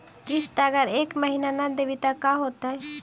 किस्त अगर एक महीना न देबै त का होतै?